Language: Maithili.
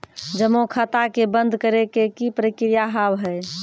जमा खाता के बंद करे के की प्रक्रिया हाव हाय?